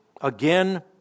again